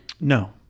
No